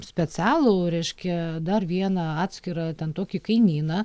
specialų reiškia dar vieną atskirą ten tokį kainyną